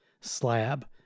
slab